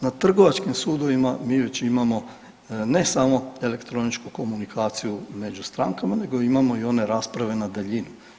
Na trgovačkim sudovima mi već imamo ne samo elektroničku komunikaciju među strankama, nego imamo i one rasprave na daljinu.